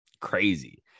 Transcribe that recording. crazy